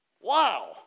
Wow